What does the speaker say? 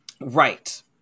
Right